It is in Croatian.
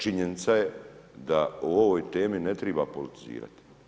Činjenica je da o ovoj temi ne treba politizirati.